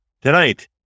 Tonight